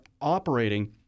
operating